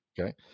Okay